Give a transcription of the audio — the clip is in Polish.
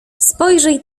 spojrzyj